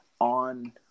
on